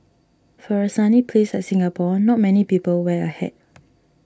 for a sunny place like Singapore not many people wear a hat